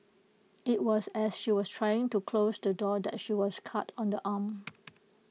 IT was as she was trying to close the door that she was cut on the arm